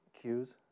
cues